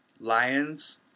Lions